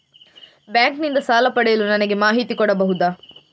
Bank ನಿಂದ ಸಾಲ ಪಡೆಯಲು ನನಗೆ ಮಾಹಿತಿ ಕೊಡಬಹುದ?